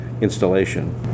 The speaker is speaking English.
installation